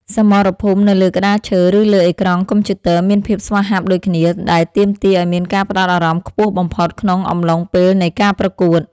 សមរភូមិនៅលើក្តារឈើឬលើអេក្រង់កុំព្យូទ័រមានភាពស្វាហាប់ដូចគ្នាដែលទាមទារឱ្យមានការផ្ដោតអារម្មណ៍ខ្ពស់បំផុតក្នុងអំឡុងពេលនៃការប្រកួត។